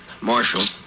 Marshal